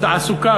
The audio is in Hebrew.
לתעסוקה,